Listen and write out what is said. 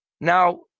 Now